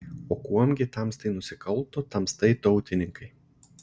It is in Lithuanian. o kuom gi tamstai nusikalto tamstai tautininkai